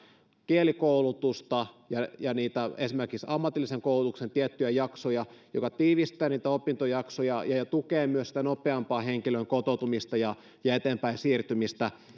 kielikoulutusta ja esimerkiksi niitä ammatillisen koulutuksen tiettyjä jaksoja tämä tiivistää niitä opintojaksoja ja ja tukee myös sitä henkilön nopeampaa kotoutumista ja ja eteenpäin siirtymistä